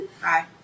Hi